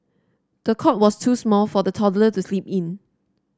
the cot was too small for the toddler to sleep in